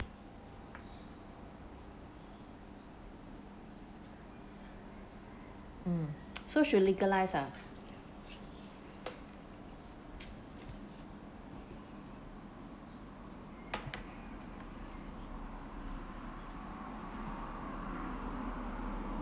mm so should legalised ah